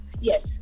Yes